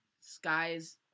Sky's